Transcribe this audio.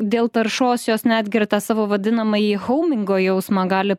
dėl taršos jos netgi ir tą savo vadinamąjį houmingo jausmą gali